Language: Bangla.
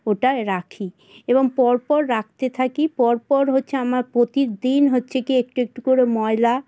ওটায় রাখি এবং পরপর রাখতে থাকি পরপর হচ্ছে আমার প্রতিদিন হচ্ছে কি একটু একটু করে ময়লা